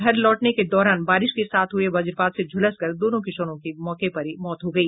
घर लौटने के दौरान बारिश के साथ हुये वज्रपात से झुलसकर दो किशोर की मौके पर ही मौत हो गई